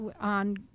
on